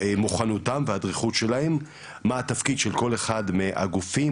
מוכנותם והדריכות שלהם מה התפקיד של כל אחד מהגופים,